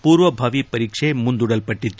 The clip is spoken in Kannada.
ಪೂರ್ವಭಾವಿ ಪರೀಕ್ಷೆ ಮುಂದೂಡಲ್ಪಟ್ಟತ್ತು